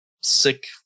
sick